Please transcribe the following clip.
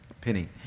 penny